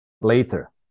later